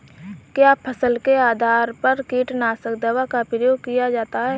क्या फसल के आधार पर कीटनाशक दवा का प्रयोग किया जाता है?